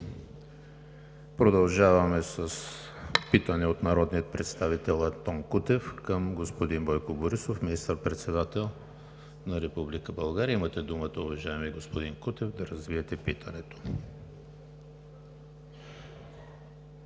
Продължаваме с питане от народния представител Антон Кутев към господин Бойко Борисов – министър-председател на Република България. Имате думата, уважаеми господин Кутев, да развитието питането.